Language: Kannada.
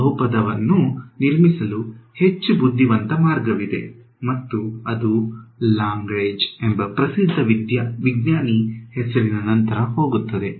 ಈ ಬಹುಪದವನ್ನು ನಿರ್ಮಿಸಲು ಹೆಚ್ಚು ಬುದ್ಧಿವಂತ ಮಾರ್ಗವಿದೆ ಮತ್ತು ಅದು ಲಾಗ್ರೇಂಜ್ ಎಂಬ ಪ್ರಸಿದ್ಧ ವಿಜ್ಞಾನಿ ಹೆಸರಿನ ನಂತರ ಹೋಗುತ್ತದೆ